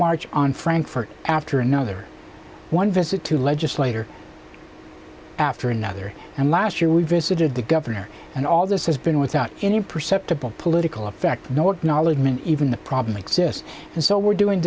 march on frankfurt after another one visit to legislator after another and last year we visited the governor and all this has been without any perceptible political effect no acknowledgement even the problem exists and so we're doing